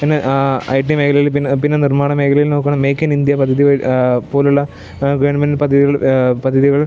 പിന്നെ I T മേഖലയിൽ പിന്നെ പിന്നെ നിർമ്മാണ മേഖലയിൽ നോക്കുവാണെങ്കിൽ മേയ്ക് ഇൻ ഇന്ത്യ പദ്ധതി വഴി പോലെയുള്ള ഗവൺമെൻ്റ് പദ്ധതികൾ പദ്ധതികൾ